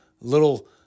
little